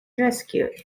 rescued